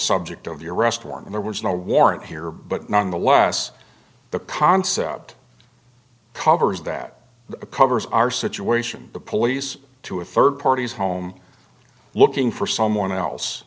subject of the arrest warrant there was no warrant here but nonetheless the concept covers that covers our situation the police to a third party's home looking for someone else